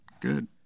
good